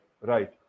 right